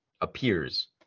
appears